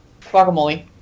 Guacamole